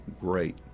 great